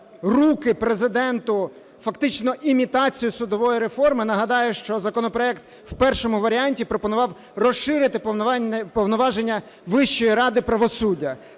руки Президенту фактично імітацію судової реформи. Нагадаю, що законопро ект в першому варіанті пропонував розширити повноваження Вищої ради правосуддя.